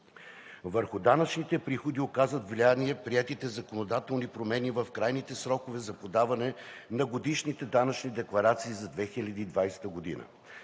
Върху данъчните приходи оказват влияние приетите законодателни промени в крайните срокове за подаване на годишните данъчни декларации за 2020 г.